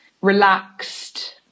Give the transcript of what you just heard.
relaxed